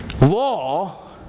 law